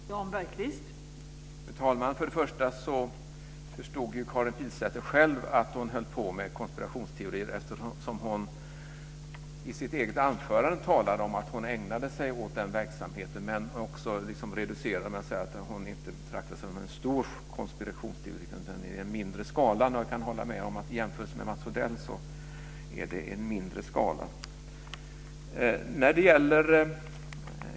Fru talman! Karin Pilsäter förstod ju själv att hon höll på med konspirationsteorier eftersom hon i sitt eget anförande talade om att hon ägnade sig åt den verksamheten. Men hon reducerade det genom att säga att hon inte betraktade det som en stor konspirationsteori utan menade att det var i den mindre skalan. Jag kan hålla med om att i jämförelse med Mats Odell är det en mindre skala.